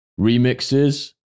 remixes